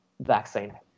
vaccine